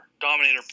dominator